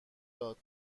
داد